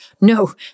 No